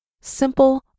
simple